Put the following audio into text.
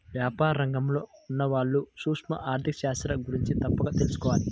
వ్యాపార రంగంలో ఉన్నవాళ్ళు సూక్ష్మ ఆర్ధిక శాస్త్రం గురించి తప్పక తెలుసుకోవాలి